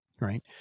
Right